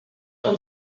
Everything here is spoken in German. und